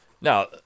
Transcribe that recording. Now